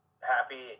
happy